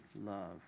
love